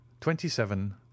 twenty-seven